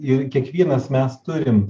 ir kiekvienas mes turim